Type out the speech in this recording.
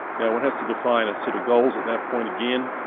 yeah one has to define a set of goals at that point again.